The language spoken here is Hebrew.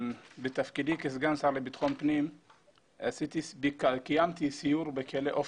בתפקידי כסגן השר לביטחון פנים קיימתי סיור בכלא אופק,